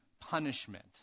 punishment